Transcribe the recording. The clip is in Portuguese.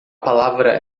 palavra